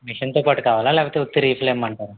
మిషన్తో పాటు కావాలా లేకపోతే ఉట్టీ రీఫిలే ఇమ్మంటారా